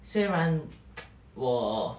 虽然 我